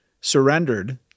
surrendered